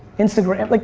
instagram. like